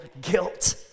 guilt